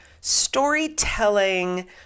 storytelling